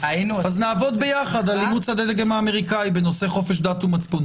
אז נעבוד יחד על אימוץ הדגם האמריקני בנושא חופש דת ומצפון.